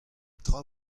tra